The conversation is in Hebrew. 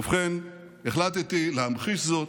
ובכן, החלטתי להמחיש זאת,